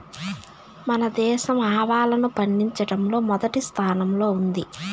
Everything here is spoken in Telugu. మన దేశం ఆవాలను పండిచటంలో మొదటి స్థానం లో ఉంది